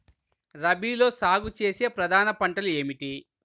రబీలో సాగు చేసే ప్రధాన పంటలు ఏమిటి?